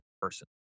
person